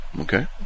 okay